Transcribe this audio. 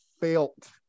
felt